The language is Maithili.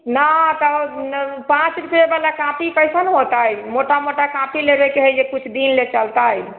नहि तऽ पाँच रुपए वाला कॉपी कैसन होतै मोटा मोटा कॉपी लेबेके हइ जे किछु दिन ले चलतै